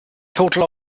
total